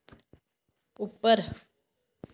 उप्पर